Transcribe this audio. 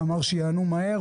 הוא אמר שיענו מהר.